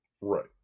right